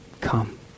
come